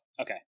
Okay